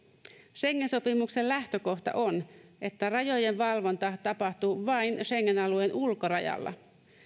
schengen sopimuksen lähtökohta on että rajojen valvonta tapahtuu vain schengen alueen ulkorajalla